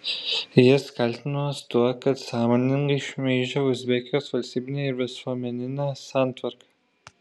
jis kaltinamas tuo kad sąmoningai šmeižė uzbekijos valstybinę ir visuomeninę santvarką